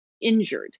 injured